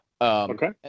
Okay